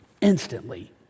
instantly